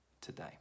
today